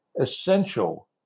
essential